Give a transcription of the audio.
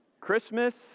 Christmas